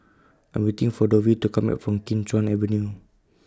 I Am waiting For Dovie to Come Back from Kim Chuan Avenue